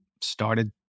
started